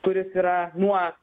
kuris yra nuo